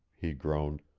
he groaned.